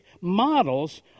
models